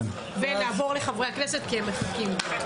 ואז נעבור לחברי הכנסת כי הם מחכים.